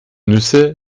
nüsse